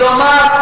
כלום כלום כלום.